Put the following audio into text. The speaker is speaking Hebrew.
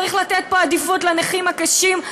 צריך לתת פה עדיפות לנכים הקשים,